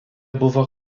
buvo